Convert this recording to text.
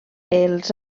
els